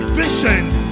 visions